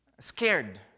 Scared